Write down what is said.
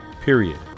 Period